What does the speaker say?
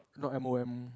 not M_O_M